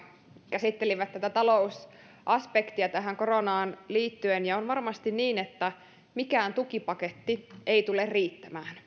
käsittelivät tätä talousaspektia koronaan liittyen ja on varmasti niin että mikään tukipaketti ei tule riittämään